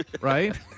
Right